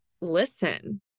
listen